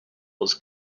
was